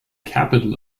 capital